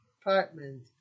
apartment